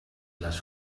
les